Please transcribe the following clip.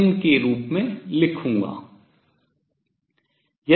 2nβn के रूप में लिखूंगा